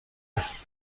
نیست